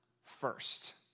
First